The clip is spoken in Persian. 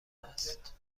است